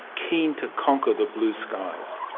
keen to conquer the blue skies.